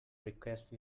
request